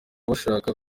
bashaka